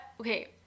okay